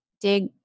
dig